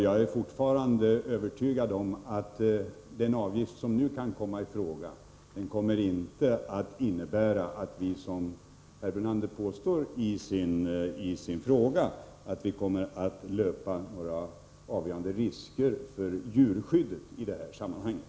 Jag är fortfarande övertygad om att den avgift som nu kan komma i fråga inte kommer att innebära att vi, som herr Brunander påstår i sin fråga, löper några avgörande risker för en försämring av djurskyddet i det här sammanhanget.